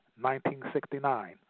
1969